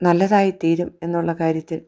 നല്ലതായിത്തീരും എന്നുള്ള കാര്യത്തിൽ